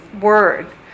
word